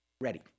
ready